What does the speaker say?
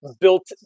built